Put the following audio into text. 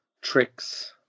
tricks